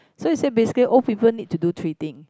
so you say basically old people need to do three thing